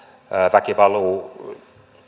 väki valuu